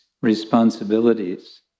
responsibilities